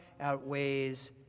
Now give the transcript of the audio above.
outweighs